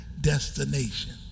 destination